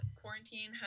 quarantine